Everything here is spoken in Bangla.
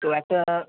তো একটা